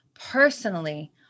Personally